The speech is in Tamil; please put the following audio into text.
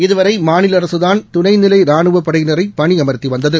இதுவரைமாநிலஅரசுதான் துணைநிலைரானுவப்படையினரைபணிஅமர்த்திவந்தது